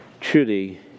Truly